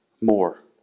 more